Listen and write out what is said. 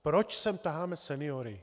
Proč sem taháme seniory?